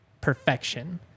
perfection